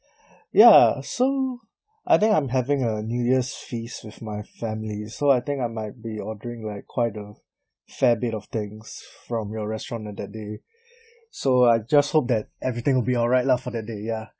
ya so I think I'm having a new year's feast with my family so I think I might be ordering like quite a fair bit of things from your restaurant on that day so I just hope that everything will be alright lah for that day ya